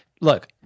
look